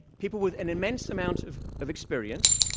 people with an immense amount of of experience,